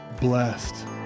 blessed